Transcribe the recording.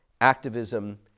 Activism